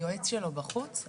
היועץ שלו בחוץ?